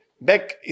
back